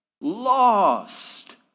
lost